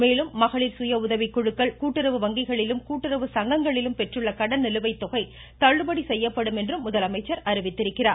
மேலும் மகளிர் சுய உதவிக்குழுக்கள் கூட்டுறவு வங்கிகளிலும் கூட்டுறவு சங்கங்களிலும் பெற்றுள்ள கடன் நிலுவை தொகை தள்ளுபடி செய்யப்படும் என்றும் முதலமைச்சர் அறிவித்திருக்கிறார்